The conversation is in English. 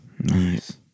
nice